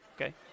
okay